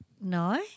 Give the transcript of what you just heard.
no